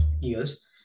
years